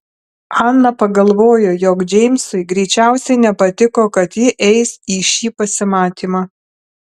ana pagalvojo jog džeimsui greičiausiai nepatiko kad ji eis į šį pasimatymą